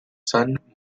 son